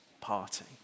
party